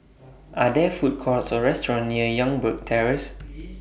Are There Food Courts Or restaurants near Youngberg Terrace